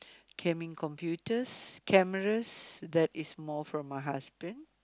can be computers cameras that is more for my husband